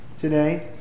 today